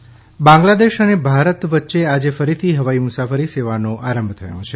air bubble Bangladesh અને ભારત વચ્ચે આજે ફરીથી હવાઇ મુસાફરી સેવાનો આરંભ થયો છે